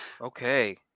Okay